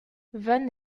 van